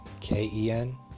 K-E-N